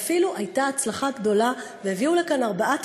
ואפילו הייתה הצלחה גדולה והביאו לכאן ארבעה